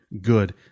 good